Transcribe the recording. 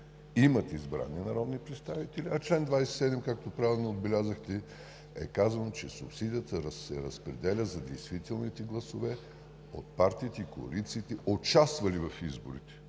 имат избрани народни представители“, а в чл. 27, както правилно отбелязахте, е казано, че „субсидията се разпределя за действителните гласове от партиите и коалициите, участвали в изборите“.